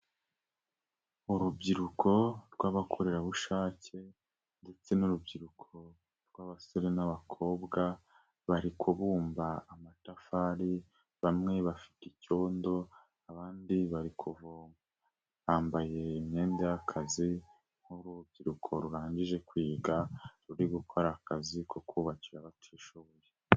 Urubyiruko rw'abakorerabushake ndetse n'urubyiruko rw'abasore n'abakobwa bari kubumba amatafari bamwe bafite icyondo, abandi bari bari kuvoma. Bambaye imyenda y'akazi nk'urubyiruko rurangije kwiga, ruri gukora akazi ko kubakira abatishoboye.